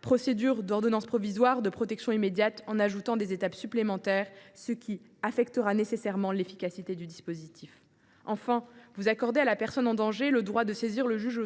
procédure de l’ordonnance provisoire de protection immédiate en y ajoutant des étapes supplémentaires, ce qui affectera nécessairement l’efficacité du dispositif. Enfin, vous accordez à la personne en danger le droit de saisir le juge